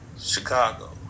Chicago